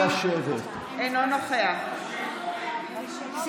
(קוראת בשם חבר הכנסת) בנימין גנץ,